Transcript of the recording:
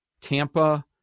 Tampa